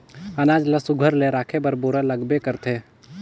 अनाज ल सुग्घर ले राखे बर बोरा लागबे करथे